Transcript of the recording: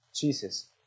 Jesus